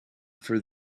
for